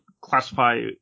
classify